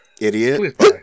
Idiot